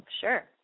sure